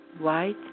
white